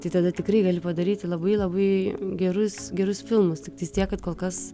tai tada tikrai gali padaryti labai labai gerus gerus filmus tik tais tiek kad kol kas